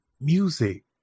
music